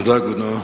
תודה, אדוני.